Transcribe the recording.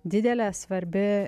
didelė svarbi